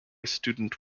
student